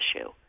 issue